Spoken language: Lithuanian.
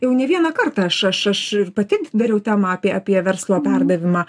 jau ne vieną kartą aš aš aš ir pati dariau temą apie apie verslo perdavimą